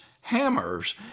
hammers